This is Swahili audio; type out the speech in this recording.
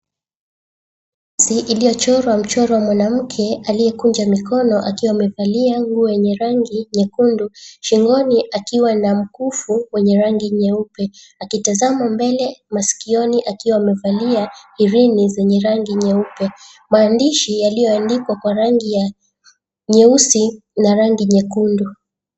Picha Iliyochorwa mkono wa mwanamke aliyekunja mikono akiwa amevalia nguo yenye rangi nyekundu. Shingoni akiwa na mkufu wenye rangi nyeupe akitazama mbele. Masikioni akiwa amevalia herini zenye rangi nyeupe, maandishi yaliyoandikwa kwa rangi nyeusi na rangi nyekundu.